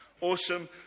Awesome